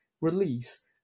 release